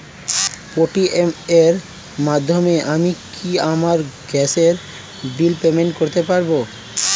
Paytm এর মাধ্যমে আমি কি আমার গ্যাসের বিল পেমেন্ট করতে পারব?